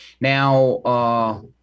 Now